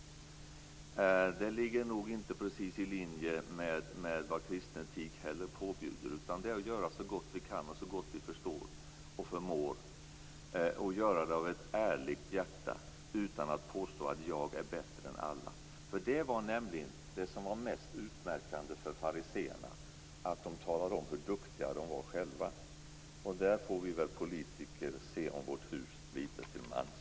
Det ligger inte precis i linje med vad kristen etik påbjuder. Det är att göra så gott vi kan och så gott vi förstår och förmår, och göra det av ett ärligt hjärta utan att påstå att man själv är bättre än alla andra. Det var nämligen det som var mest utmärkande för fariséerna. De talade om hur duktiga de var själva. Där får vi politiker se om våra hus litet till mans.